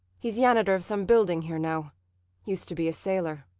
he's yanitor of some building here now used to be a sailor.